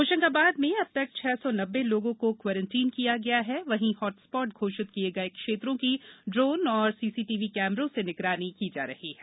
होशंगाबाद में अब तक छह सौ नब्बे लोगों को कोरेनटीन किया गया है वहीं हॉटस्पाट घोषित किये गये क्षेत्रों की ड्रोन और सीसीटीवी कैमरों से निगरानी की जा रही है